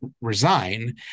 resign